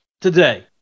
today